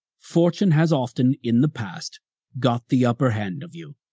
fortune has often in the past got the upper hand of you,